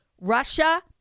Russia